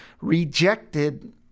rejected